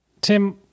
Tim